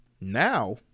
Now